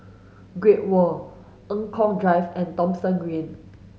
Great World Eng Kong Drive and Thomson Green